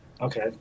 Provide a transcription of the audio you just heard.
Okay